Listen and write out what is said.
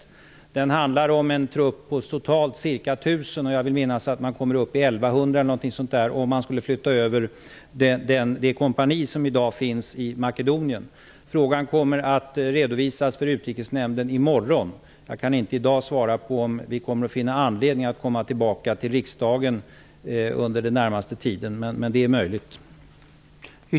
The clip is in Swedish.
I den ramen nämns en trupp om totalt ca 1 000 man, och jag vill minnas att man skulle komma upp i ca 1 100 om man skulle flytta över det kompani som i dag finns i Makedonien. Frågan kommer att redovisas för Utrikesnämnden i morgon. Jag kan inte i dag svara på om vi kommer att finna anledning att återkomma till riksdagen den närmaste tiden, men det är möjligt.